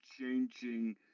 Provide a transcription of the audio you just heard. changing